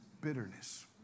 Bitterness